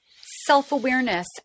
self-awareness